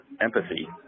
empathy